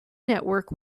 network